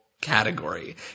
category